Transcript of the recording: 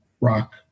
rock